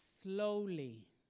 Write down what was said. slowly